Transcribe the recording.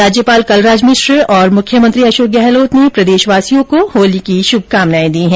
राज्यपाल कलराज मिश्र और मुख्यमंत्री अशोक गहलोत ने प्रदेशवासियों को होली की शुभकामनाएं दी है